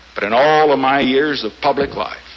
but in all of my years of public life,